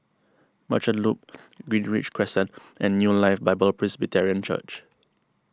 Merchant Loop Greenridge Crescent and New Life Bible Presbyterian Church